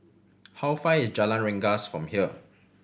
how far is Jalan Rengas from here